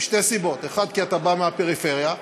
משתי סיבות: 1. כי אתה בא מהפריפריה ו-2.